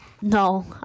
No